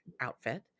outfit